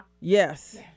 Yes